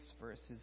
verses